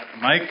Mike